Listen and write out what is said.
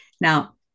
Now